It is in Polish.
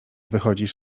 wychodzisz